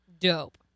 Dope